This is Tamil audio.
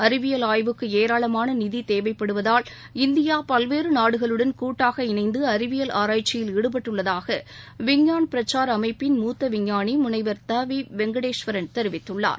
அறிவியல் ஆய்வுக்கு ஏராளமான நிதி தேவைப்படுவதால் இந்தியா பல்வேறு நாடுகளுடன் கூட்டாக இணைந்து அறிவியல் ஆராய்ச்சியில் ஈடுபட்டுள்ளதாக விஞ்ஞான் பிரசார் அமைப்பின் மூத்த விஞ்ஞானி முனைவர் த வி வெங்கடேஸ்வரன் தெரிவித்துள்ளார்